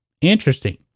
Interesting